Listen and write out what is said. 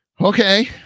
okay